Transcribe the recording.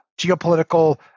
geopolitical